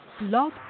Love